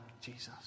Jesus